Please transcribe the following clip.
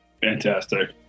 Fantastic